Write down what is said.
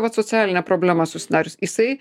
vat socialinė problema susidariusi jisai